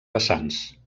vessants